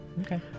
Okay